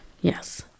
Yes